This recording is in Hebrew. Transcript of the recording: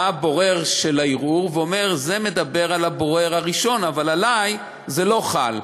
בא הבורר של הערעור ואומר: זה מדבר על הבורר הראשון אבל עלי זה לא חל.